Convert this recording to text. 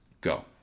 go